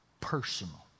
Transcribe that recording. personal